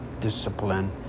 discipline